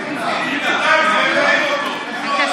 החבר'ה שלך?